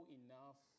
enough